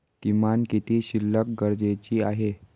किमान किती शिल्लक गरजेची आहे?